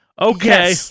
Okay